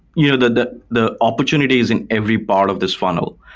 you know the the opportunity is in every part of this funnel.